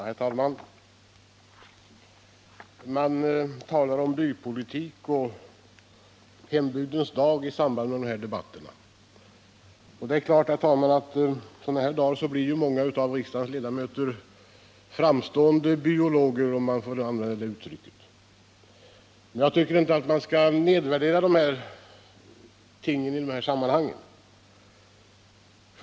Herr talman! Man talar om bypolitik och Hembygdens dag i samband med denna debatt, och det är klart att sådana här dagar blir många av riksdagens ledamöter framstående ”byologer”, om jag får använda det uttrycket. Men jag tycker inte att man skall nedvärdera sådana begrepp i detta sammanhang.